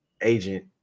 Agent